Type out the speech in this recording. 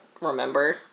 remember